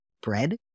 bread